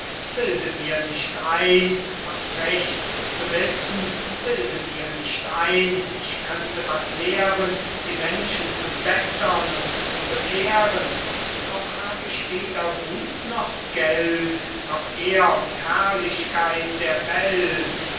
bilde mir nicht ein was rechts zu wissen bilde mir nicht ein ich könnte was lehren die menschen zu bessern und zu bekehren auch hab ich weder gut noch geld noch ehr und herrlichkeit der welt